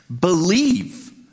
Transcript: believe